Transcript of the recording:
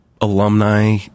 alumni